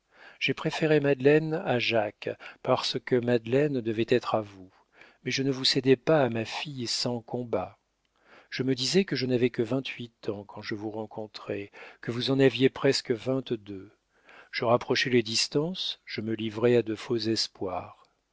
j'ai préféré madeleine à jacques parce que madeleine devait être à vous mais je ne vous cédais pas à ma fille sans combats je me disais que je n'avais que vingt-huit ans quand je vous rencontrai que vous en aviez presque vingt-deux je rapprochais les distances je me livrais à de faux espoirs